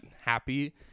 happy